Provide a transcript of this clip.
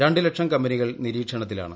രണ്ടു ലക്ഷം കമ്പനികൾ നിരീക്ഷണത്തിലാണ്